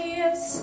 yes